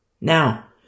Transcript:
Now